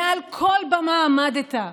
מעל כל במה עמדת,